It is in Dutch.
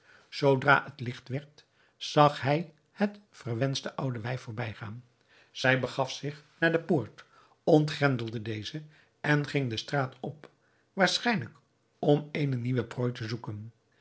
zoodra het licht werd zag hij het verwenschte oude wijf voorbijgaan zij begaf zich naar de poort ontgrendelde deze en ging de straat op waarschijnlijk om eene nieuwe prooi te zoeken